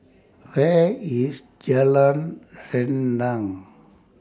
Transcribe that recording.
Where IS Jalan Rendang